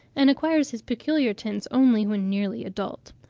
and acquires his peculiar tints only when nearly adult.